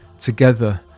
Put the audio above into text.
together